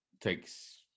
takes